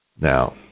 Now